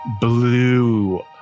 blue